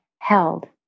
held